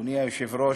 אדוני היושב-ראש,